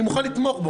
אני מוכן לתמוך בו.